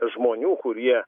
žmonių kurie